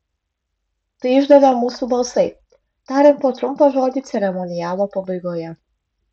tai išdavė mūsų balsai tariant po trumpą žodį ceremonialo pabaigoje